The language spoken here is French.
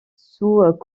surtout